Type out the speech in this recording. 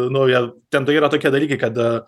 nauja ten tai yra tokie dalykai kad